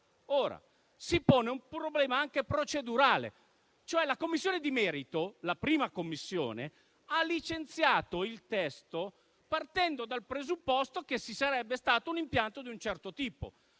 però, si pone un problema anche procedurale, nel senso che la Commissione di merito, la 1a Commissione, ha licenziato il testo partendo dal presupposto che ci sarebbe stato un impianto di un certo tipo.